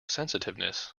sensitiveness